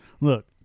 Look